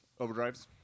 overdrives